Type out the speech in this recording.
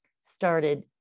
started